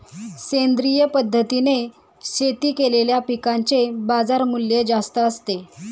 सेंद्रिय पद्धतीने शेती केलेल्या पिकांचे बाजारमूल्य जास्त असते